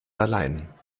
allein